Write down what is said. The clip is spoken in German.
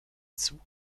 zug